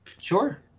Sure